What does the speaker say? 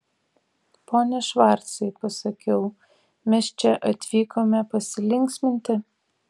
pone švarcai pasakiau mes čia atvykome pasilinksminti